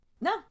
No